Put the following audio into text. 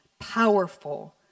powerful